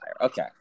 Okay